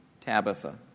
Tabitha